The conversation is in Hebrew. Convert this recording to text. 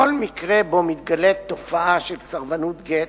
בכל מקרה שבו מתגלה תופעה של סרבנות גט,